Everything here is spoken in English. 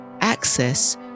access